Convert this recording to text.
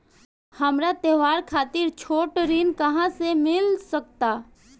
हमरा त्योहार खातिर छोट ऋण कहाँ से मिल सकता?